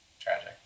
tragic